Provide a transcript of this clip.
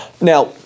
Now